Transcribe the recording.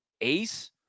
ace